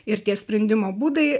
ir tie sprendimo būdai